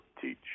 teach